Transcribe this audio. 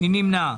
מי נמנע?